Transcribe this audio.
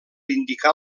indicar